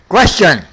Question